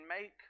make